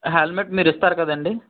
helmet మీరిస్తారు కదండి